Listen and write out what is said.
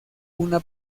una